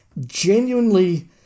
genuinely